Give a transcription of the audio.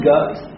God